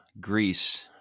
Greece